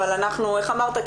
ואיך אמרת,